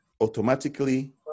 automatically